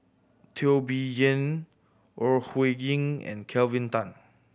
Teo Bee Yen Ore Huiying and Kelvin Tan